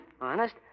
Honest